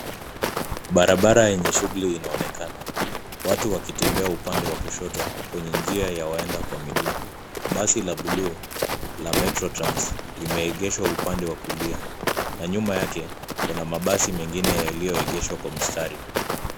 Barabara yenye shughuli inaonekana. Watu wakitembea upande wa kushoto kwenye njia ya waenda kwa miguu. Basi la buluu la metro trans limeegeshwa upande wa kulia na nyuma yake kuna mabasi mengine yaliyoegeshwa kwa mstari.